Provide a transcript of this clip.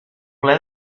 ple